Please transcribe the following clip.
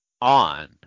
on